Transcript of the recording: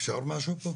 אפשר משהו פה?